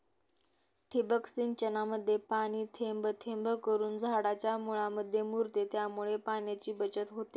ठिबक सिंचनामध्ये पाणी थेंब थेंब करून झाडाच्या मुळांमध्ये मुरते, त्यामुळे पाण्याची बचत होते